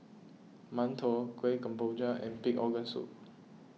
Mantou Kuih Kemboja and Pig Organ Soup